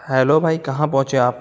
hello بھائی کہاں پہنچے آپ